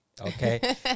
okay